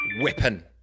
weapon